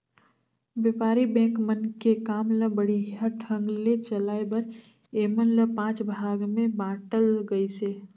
बेपारी बेंक मन के काम ल बड़िहा ढंग ले चलाये बर ऐमन ल पांच भाग मे बांटल गइसे